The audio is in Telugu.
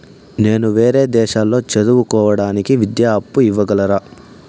నేను వేరే దేశాల్లో చదువు కోవడానికి విద్యా అప్పు ఇవ్వగలరా?